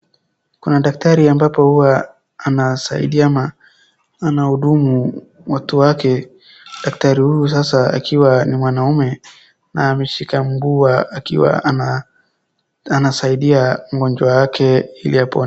Kuna daktari ambapo huwa anasaidia ama anahudumu watu wake, daktari huyu sasa akiwa ni mwanaume na ameshika mguu wa akiwa anasaidia mgonjwa wake ili apone .